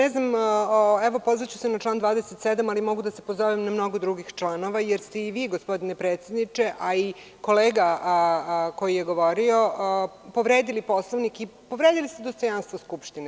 Evo, pozvaću se na član 27, ali mogu da se pozovem na mnogo drugih članova jer ste i vi, gospodine predsedniče, a i kolega koji je govorio, povredili Poslovnik i povredili ste dostojanstvo Skupštine.